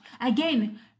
Again